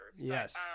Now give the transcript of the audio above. Yes